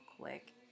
quick